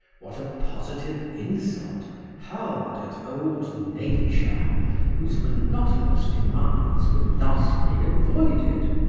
what a positive insult hurled at old nature whose monotonous demands would thus be avoided.